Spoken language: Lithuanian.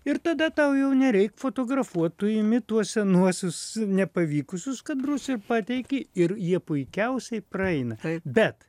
ir tada tau jau nereik fotografuot tu imi tuos senuosius nepavykusius kadrus ir pateiki ir jie puikiausiai praeina bet